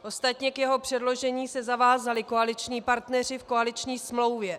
Ostatně k jeho předložení se zavázali koaliční partneři v koaliční smlouvě.